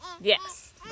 Yes